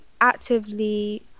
actively